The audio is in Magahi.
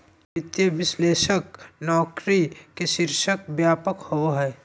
वित्तीय विश्लेषक नौकरी के शीर्षक व्यापक होबा हइ